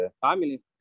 Family